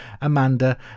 Amanda